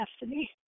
destiny